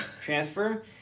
transfer